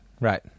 right